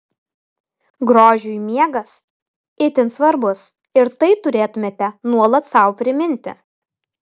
grožiui miegas itin svarbus ir tai turėtumėte nuolat sau priminti